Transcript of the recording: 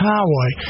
Highway